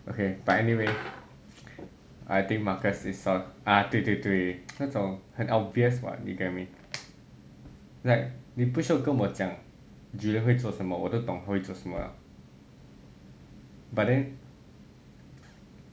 okay but anyway I think marcus is 啊对对对那种很 obvious [what] you get what I mean like 你不需要跟讲 julian 会做什么我都懂他会做什么 liao